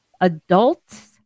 adults